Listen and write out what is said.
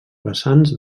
vessants